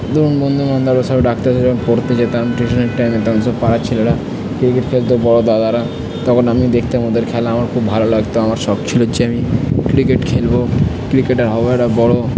ধরুন বন্ধুবান্ধবরা সবাই ডাকতে পড়তে যেতাম টিউশনের টাইমে তখন সব পাড়ার ছেলেরা ক্রিকেট খেলত বড় দাদারা তখন আমি দেখতাম ওদের খেলা আমার খুব ভালো লাগত আমার শখ ছিল যে আমি ক্রিকেট খেলব ক্রিকেটার হব একটা বড়